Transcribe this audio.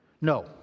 No